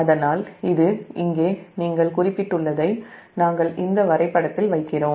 அதனால்இது இங்கே நீங்கள் குறிப்பிட்டுள்ளதை நாம் இந்த வரைபடத்தில் வைக்கிறோம்